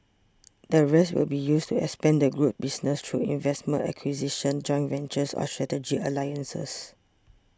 the rest will be used to expand the group's business through investments acquisitions joint ventures or strategic alliances